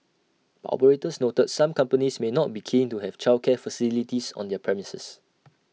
but operators noted some companies may not be keen to have childcare facilities on their premises